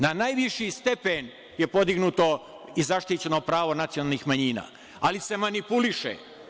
Na najviši stepen je podignuto i zaštićeno pravo nacionalnih manjina, ali se manipuliše.